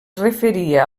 referia